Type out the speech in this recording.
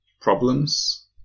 problems